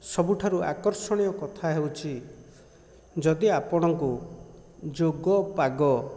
ସବୁଠାରୁ ଆକର୍ଷଣୀୟ କଥା ହେଉଛି ଯଦି ଆପଣଙ୍କୁ ଯୋଗ ପାଗ